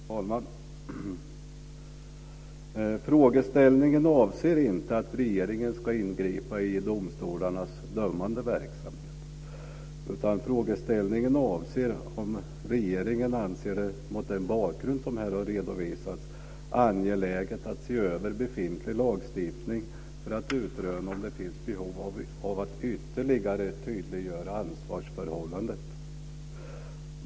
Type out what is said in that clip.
Fru talman! Frågeställningen avser inte att regeringen ska ingripa i domstolarnas dömande verksamhet. Frågan gäller om regeringen, mot den bakgrund som här har redovisat, anser det angeläget att se över befintlig lagstiftning för att utröna om det finns behov av att ytterligare tydliggöra ansvarsförhållandet.